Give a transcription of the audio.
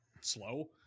slow